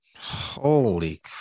Holy